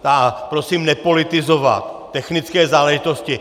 A prosím nepolitizovat technické záležitosti.